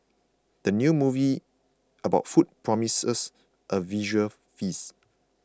the new movie about food promises a visual feast